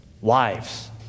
wives